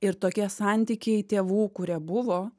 ir tokie santykiai tėvų kurie buvo